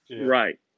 Right